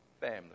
family